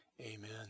Amen